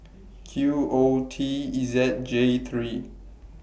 Q O T E Z J three